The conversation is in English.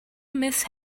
miss